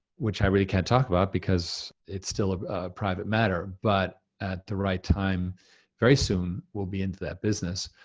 which i really can't talk about because it's still a private matter, but at the right time very soon, we'll be into that business.